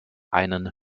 einen